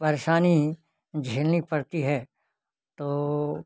परेशानी झेलनी पड़ती है तो